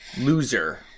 Loser